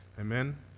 Amen